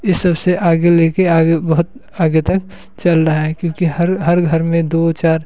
इस सबसे आगे ले कर आगे बहुत आगे तक चल रहा है क्योंकि हर हर घर में दो चार